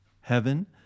heaven